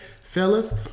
fellas